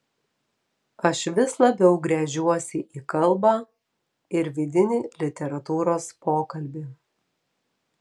aš vis labiau gręžiuosi į kalbą ir vidinį literatūros pokalbį